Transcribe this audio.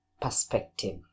Perspective